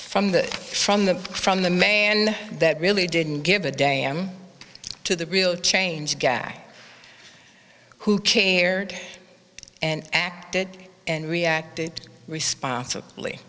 from the from the from the man that really didn't give a damn to the real change guy who cared and acted and reacted responsibly